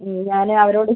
ഞാനേ അവരോട്